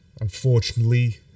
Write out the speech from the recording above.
unfortunately